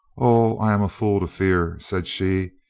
oh, i am a fool to fear, said she.